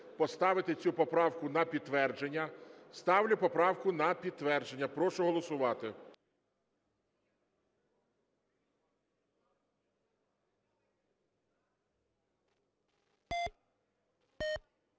поставити цю поправку на підтвердження. Ставлю поправку на підтвердження, прошу голосувати.